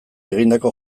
egindako